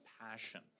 passion